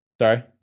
Sorry